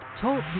Talk